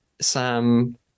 Sam